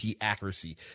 accuracy